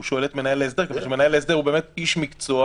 הוא שואל את מנהל ההסדר מכיוון שמנהל ההסדר הוא איש מקצוע